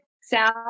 sound